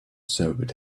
sobered